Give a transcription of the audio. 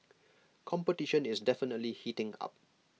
competition is definitely heating up